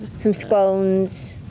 some scones.